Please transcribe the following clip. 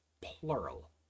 plural